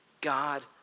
God